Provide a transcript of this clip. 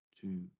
Two